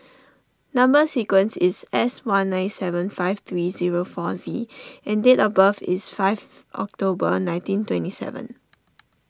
Number Sequence is S one nine seven five three zero four Z and date of birth is fifth October nineteen twenty seven